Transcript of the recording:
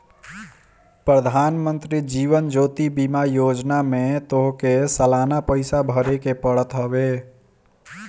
प्रधानमंत्री जीवन ज्योति बीमा योजना में तोहके सलाना पईसा भरेके पड़त हवे